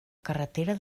carretera